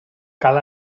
cal